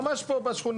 ממה פה בשכונה.